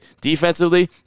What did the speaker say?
Defensively